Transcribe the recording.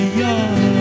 young